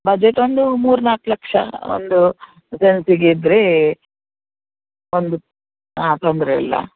budget ಒಂದು ಮೂರು ನಾಲ್ಕು ಲಕ್ಷ ಒಂದು ಸೆನ್ಸಿಗೆ ಇದ್ದರೆ ಒಂದು ಹಾಂ ತೊಂದರೆ ಇಲ್ಲ